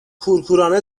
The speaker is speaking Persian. کورکورانه